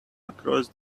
across